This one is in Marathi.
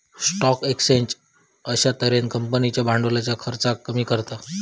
स्टॉक एक्सचेंज अश्या तर्हेन कंपनींका भांडवलाच्या खर्चाक कमी करता